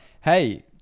hey